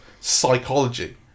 psychology